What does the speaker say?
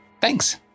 thanks